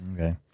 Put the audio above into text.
Okay